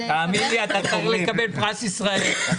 תאמין לי, אתה צריך לקבל פרס ישראל.